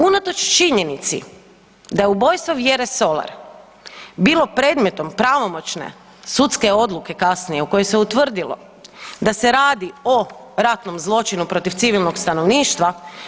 Unatoč činjenici da ubojstvo Vjere Solar bilo predmetom pravomoćne sudske odluke kasnije u kojoj se utvrdilo da se radi o ratnom zločinu protiv civilnog stanovništva.